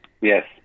Yes